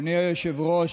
אדוני היושב-ראש,